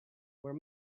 were